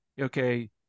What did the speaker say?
okay